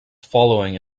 following